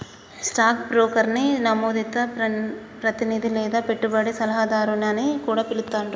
stock బ్రోకర్ని నమోదిత ప్రతినిధి లేదా పెట్టుబడి సలహాదారు అని కూడా పిలుత్తాండ్రు